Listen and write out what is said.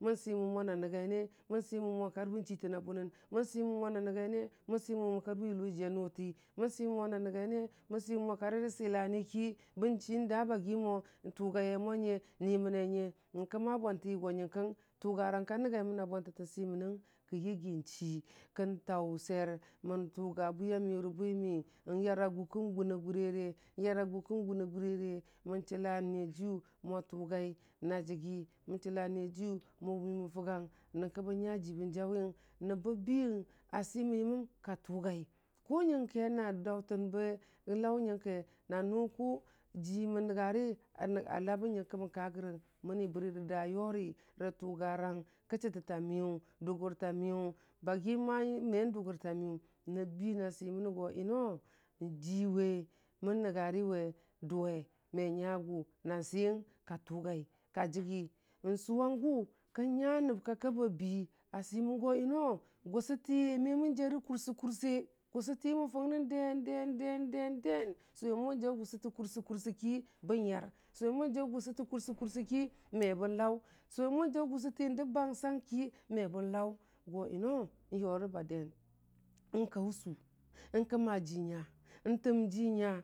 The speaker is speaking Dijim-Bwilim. mən swimən mo karbən. chiltəna bʊnən, mən swimən mo na nənga yəne? mən swimənmo karbən yiloo jiya nʊʊti, mən swimən mo na nənga yəne? mən swimənmo kari rə siilani ki, bən chii daa bagi mo tʊgaye mo nye, niməne nyə, n kəma bwanti yo nyənkəng, tʊgarangka nəgai məna bwantətə swimənəng kən yigi nchii, kən taʊ swer mən tʊga bwiya miyʊ rə mwimi, yar agʊ ki gʊn a gʊrere, mən chiila niye jiyʊ mo tʊgai na jigi, mən chiila nyajiyʊ mo wʊmən fʊgang nyukə bən nya ji bən jaʊwi, nəb ba biyən a swimən yəməm ka tʊgai, kʊ nyənke na daʊtən be nlon nyənke, nanʊ kʊ jii mən nəngan alabə nyənkə mə ka rəgən məri bərə daa yori rə tʊga rang, kə chiitətamiyʊ, dʊgʊrta miyʊ, bayi dʊgʊrtəta miyʊ, nəb bire swimənəgo yʊnoo, jiiwe mən nəngariwe dʊwe, me nyagʊ nan siyiing ka tʊgai, ka jigi, nsʊ wang gʊ, kən nya nən ka kabi a bwiyii, a swiməngo yunoo, gʊsʊtə me mən jarə kʊrsəkʊrse, gʊsʊte mən fʊngnən den- den den- den. Sʊwe mo bən jaʊ gʊsʊ tə kʊrsə kʊrse ki bən yar, sʊwe mo bən jaʊ gʊsʊtə kursə kursəki me bən laʊ, suwe mo bən jaʊ gʊsʊtə dəb bangsang ki me bən laʊ go yʊnoo, nyʊrəba dən, nkaʊ sʊʊ, n kəma jii nya n təm jii nya.